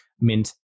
Mint